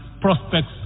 prospects